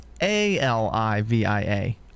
A-L-I-V-I-A